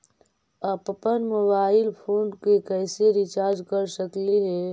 अप्पन mobile phone के कैसे रिचार्ज कर सकली हे?